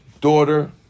daughter